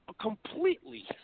completely